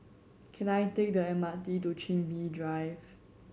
can I take the M R T to Chin Bee Drive